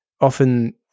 often